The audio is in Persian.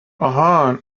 آهان